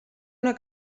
una